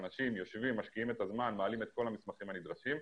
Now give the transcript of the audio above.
אנשים יושבים ומשקיעים זמן ומעלים את כל המסמכים הנדרשים.